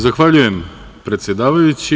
Zahvaljujem, predsedavajući.